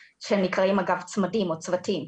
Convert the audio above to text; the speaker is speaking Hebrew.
שנקראים אגב צמדים או צוותים,